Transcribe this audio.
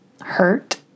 hurt